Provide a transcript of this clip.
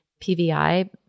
PVI